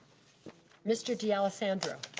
mr. d'alessandro.